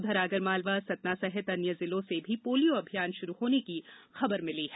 उधर आगरमालवा सतना सहित अन्य जिलों से भी पोलियो अभियान शुरू होने की खबर मिली है